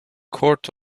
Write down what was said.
court